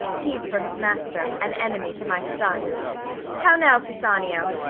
he's for his master, an enemy to my son how now, pisanio!